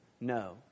No